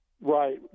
Right